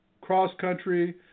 cross-country